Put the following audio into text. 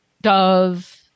Dove